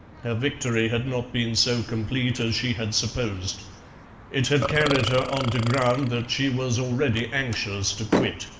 her victory had not been so complete as she had supposed it had carried her on to ground that she was already anxious to quit.